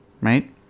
Right